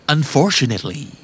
Unfortunately